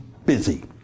Busy